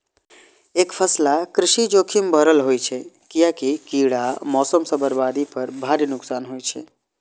एकफसला कृषि जोखिम भरल होइ छै, कियैकि कीड़ा, मौसम सं बर्बादी पर भारी नुकसान होइ छै